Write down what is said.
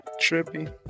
Trippy